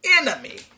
enemy